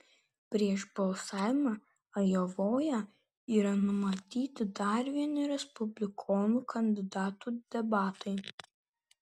prieš balsavimą ajovoje yra numatyti dar vieni respublikonų kandidatų debatai